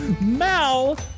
Mal